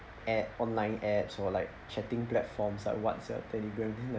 at online ads or like chatting platforms like whatsapp telegram then like